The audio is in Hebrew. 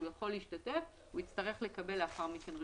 יכול להשתתף הוא יצטרך לקבל לאחר מכן רישיון.